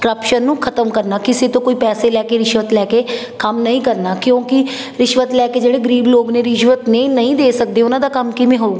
corruption ਨੂੰ ਖ਼ਤਮ ਕਰਨਾ ਕਿਸੇ ਤੋਂ ਕੋਈ ਪੈਸੇ ਲੈ ਕੇ ਰਿਸ਼ਵਤ ਲੈ ਕੇ ਕੰਮ ਨਹੀਂ ਕਰਨਾ ਕਿਉਂਕਿ ਰਿਸ਼ਵਤ ਲੈ ਕੇ ਜਿਹੜੇ ਗਰੀਬ ਲੋਕ ਨੇ ਰਿਸ਼ਵਤ ਨਹੀਂ ਨਹੀਂ ਦੇ ਸਕਦੇ ਉਹਨਾਂ ਦਾ ਕੰਮ ਕਿਵੇਂ ਹੋਊਗਾ